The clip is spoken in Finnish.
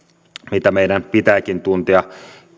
mitä meidän pitääkin tuntea